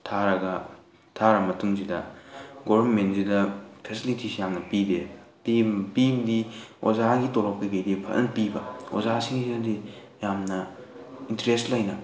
ꯊꯥꯔꯒ ꯊꯥꯔ ꯃꯇꯨꯡꯁꯤꯗ ꯒꯣꯔꯃꯦꯟꯒꯤꯁꯤꯗ ꯐꯦꯁꯤꯂꯤꯇꯤꯁꯦ ꯌꯥꯝꯅ ꯄꯤꯗꯦ ꯄꯤꯕꯨꯗꯤ ꯑꯣꯖꯥꯒꯤ ꯇꯣꯂꯣꯞ ꯀꯩꯀꯩꯗꯤ ꯐꯖꯅ ꯄꯤꯕ ꯑꯣꯖꯥꯁꯤꯡꯁꯤꯅꯗꯤ ꯌꯥꯝꯅ ꯏꯟꯇꯔꯦꯁ ꯂꯩꯅ